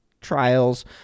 trials